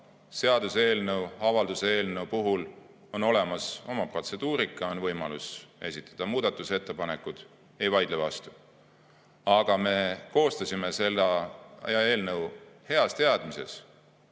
seaduseelnõu ja avalduse eelnõu puhul on olemas oma protseduurika, on võimalus esitada muudatusettepanekuid – ei vaidle vastu. Aga me koostasime selle eelnõu heas teadmises